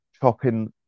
chopping